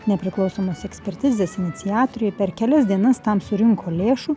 nepriklausomos ekspertizės iniciatoriai per kelias dienas tam surinko lėšų